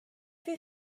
fydd